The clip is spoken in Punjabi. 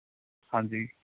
ਹਾਂਜੀ